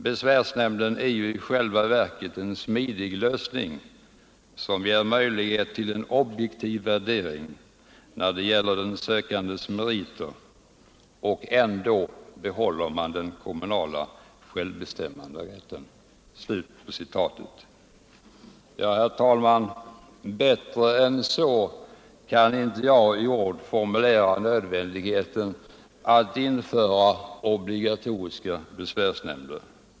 Besvärsnämnden är ju i själva verket en smidig lösning, som ger möjlighet till en objektiv värdering när det gäller den sökandes meriter, och ändå behåller man den kommunala självbestämmanderätten.” Herr talman! Bättre än så kan inte jag i ord formulera nödvändigheten att införa obligatoriska besvärsnämnder.